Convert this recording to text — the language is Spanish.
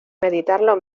meditarlo